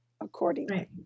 accordingly